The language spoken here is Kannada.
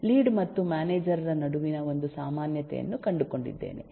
ಲೀಡ್ ಮತ್ತು ಮ್ಯಾನೇಜರ್ ರ ನಡುವಿನ ಒಂದು ಸಾಮಾನ್ಯತೆಯನ್ನು ಕಂಡುಕೊಂಡಿದ್ದೇನೆ